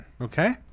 Okay